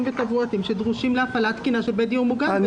ותברואתיים שדרושים להפעלה תקינה של בית דיור מוגן.